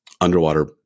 underwater